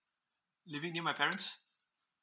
living near my parents